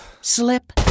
slip